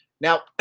now